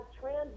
trans